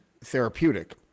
therapeutic